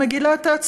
הוא מגילת העצמאות,